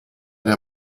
der